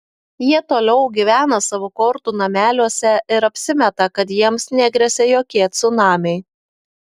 jie toliau gyvena savo kortų nameliuose ir apsimeta kad jiems negresia jokie cunamiai